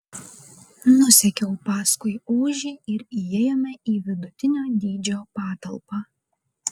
nusekiau paskui ožį ir įėjome į vidutinio dydžio patalpą